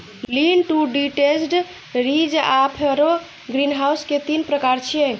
lean to detached, ridge आ furrow greenhouse के तीन प्रकार छियै